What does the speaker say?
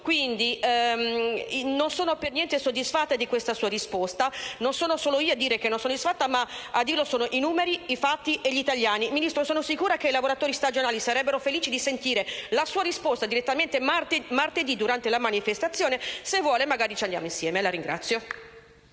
quindi, non sono per niente soddisfatta di questa sua risposta, e non sono solo io a manifestare insoddisfazione ma parlano i numeri, i fatti e gli italiani. Ministro, sono sicura che i lavoratori stagionali sarebbero felici di sentire la sua risposta direttamente martedì, durante la manifestazione. Se vuole, magari, ci andiamo insieme.